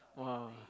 !wah!